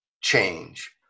change